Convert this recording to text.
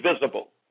visible